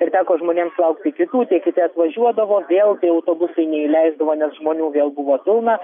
ir teko žmonėms laukti kitų tie kiti atvažiuodavo vėl tie autobusai neįleisdavo nes žmonių vėl buvo pilna